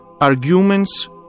arguments